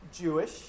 Jewish